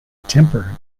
temper